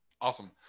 Awesome